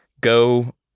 go